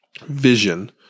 vision